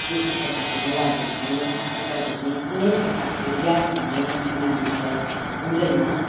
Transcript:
त्यस्तो प्रकारको घुँडा दुख्ने हात खुट्टा दुख्ने कुनै प्रकारको ग्यास हुने बिमारी मलाई हुँदैन